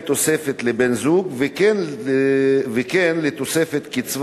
של חבר הכנסת עפו אגבאריה וקבוצת חברי הכנסת,